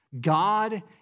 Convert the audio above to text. God